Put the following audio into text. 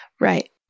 Right